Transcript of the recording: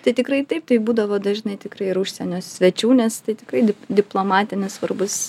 tai tikrai taip tai būdavo dažnai tikrai ir užsienio svečių nes tai tikrai diplomatinis svarbus